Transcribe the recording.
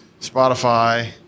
Spotify